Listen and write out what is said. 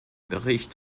bericht